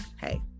hey